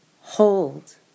hold